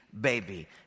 baby